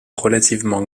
relativement